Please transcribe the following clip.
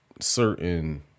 certain